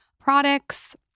products